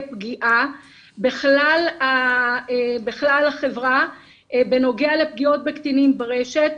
פגיעה בכלל החברה בנוגע לפגיעות בקטינים ברשת,